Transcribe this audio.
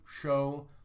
show